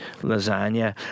lasagna